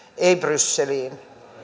ei brysseliin